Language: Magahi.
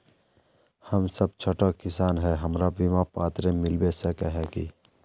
हम सब छोटो किसान है हमरा बिमा पात्र मिलबे सके है की?